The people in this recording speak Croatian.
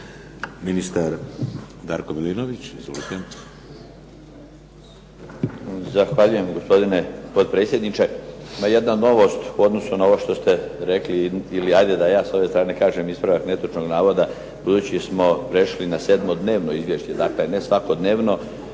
Ministar Darko Milinović. Izvolite.